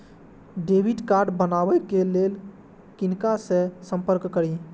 Debit card बनावे के लिए किनका से संपर्क करी?